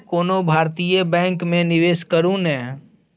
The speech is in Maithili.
कोनो भारतीय बैंक मे निवेश करू ने